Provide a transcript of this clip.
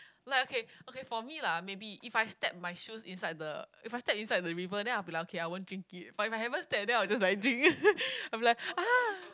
like okay okay for me lah maybe if I step my shoes inside the if I step inside the river then I will be like okay I won't drink it but if I haven't step then I will just like drink I will be like ah